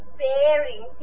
bearing